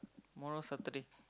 tomorrow Saturday